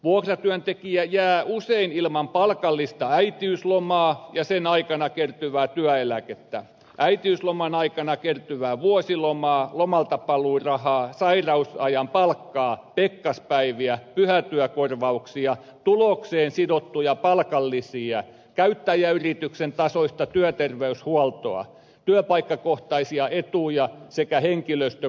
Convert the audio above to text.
vuokratyöntekijä jää usein ilman palkallista äitiyslomaa ja sen aikana kertyvää työeläkettä äitiysloman aikana kertyvää vuosilomaa lomaltapaluurahaa sairausajan palkkaa pekkaspäiviä pyhätyökorvauksia tulokseen sidottuja palkanlisiä käyttäjäyrityksen tasoista työterveyshuoltoa työpaikkakohtaisia etuja sekä henkilöstökoulutusta